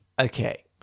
okay